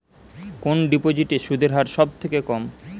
কোন ডিপোজিটে সুদের হার সবথেকে কম?